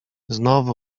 znowu